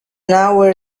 hour